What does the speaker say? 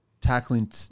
tackling